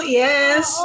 yes